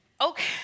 Okay